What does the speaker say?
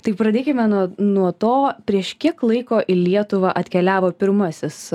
tai pradėkime nuo nuo to prieš kiek laiko į lietuvą atkeliavo pirmasis